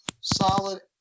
solid